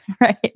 right